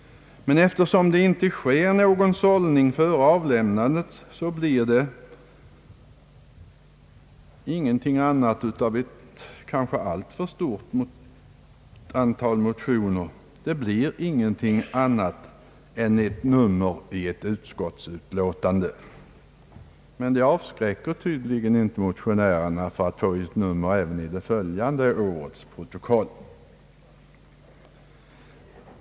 Eftersom någon sållning av motionerna före avlämnandet inte sker, blir resultatet för ett kanske alltför stort antal motioner ingenting annat än ett nummer i ett utskottsutlåtande. Detta avskräcker tydligen ime motionärerna från att få ett nummer även i följande års protokoll.